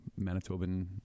Manitoban